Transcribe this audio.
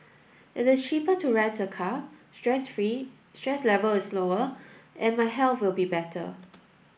it is cheaper to rent a car stress free stress level is lower and my health will be better